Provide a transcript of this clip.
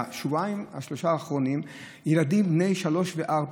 מהשבועיים-שלושה האחרונים: ילדים בני שלוש וארבע,